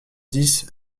dix